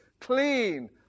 clean